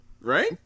right